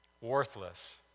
Worthless